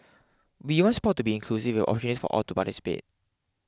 we want sport to be inclusive with opportunities for all to participate